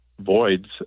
voids